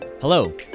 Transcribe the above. Hello